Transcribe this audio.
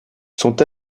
sont